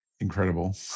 incredible